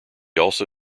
also